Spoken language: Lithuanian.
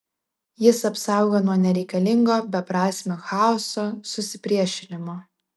jis apsaugo nuo nereikalingo beprasmio chaoso susipriešinimo